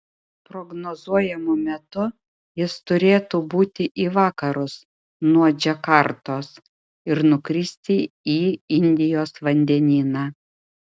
prognozuojamu metu jis turėtų būti į vakarus nuo džakartos ir nukristi į indijos vandenyną